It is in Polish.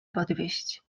podwieźć